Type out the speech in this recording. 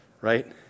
right